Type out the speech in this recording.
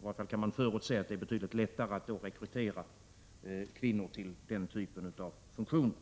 I varje fall kan man förutse att det är betydligt lättare att rekrytera kvinnor till den sortens funktioner.